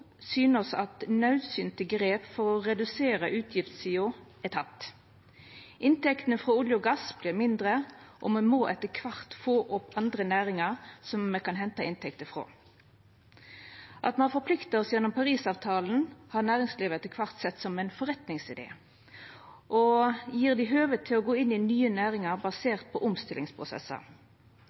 syner oss at naudsynte grep for å redusera utgiftssida er tekne. Inntektene frå olje og gass vert mindre, og me må etter kvart få opp andre næringar som me kan henta inntekter frå. At me har forplikta oss gjennom Parisavtalen, har næringslivet etter kvart sett som ein forretningsidé og gjev dei høve til å gå inn i nye næringar basert på omstillingsprosessar.